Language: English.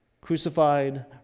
crucified